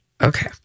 Okay